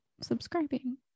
subscribing